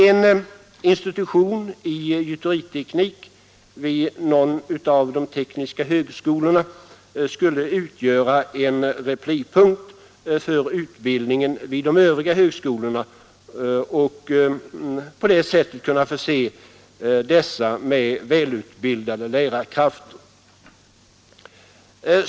En institution i gjuteriteknik vid någon av de tekniska högskolorna skulle utgöra en replipunkt för utbildningen vid de övriga högskolorna och kunna förse dessa med välutbildade lärarkrafter.